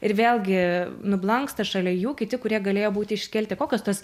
ir vėlgi nublanksta šalia jų kiti kurie galėjo būti iškelti kokios tos